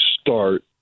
start